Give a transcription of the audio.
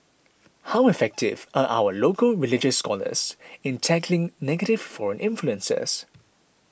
how effective are our local religious scholars in tackling negative foreign influences